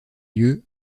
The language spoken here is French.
lieux